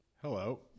Hello